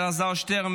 אלעזר שטרן,